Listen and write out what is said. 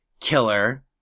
killer